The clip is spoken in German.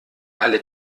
alle